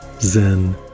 Zen